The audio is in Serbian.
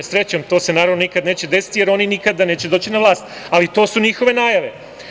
Srećom, to se naravno nikada neće desiti, jer oni nikada neće doći na vlast, ali to su njihove najave.